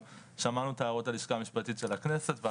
שמענו את הערות הלשכה המשפטית של הכנסת.